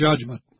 judgment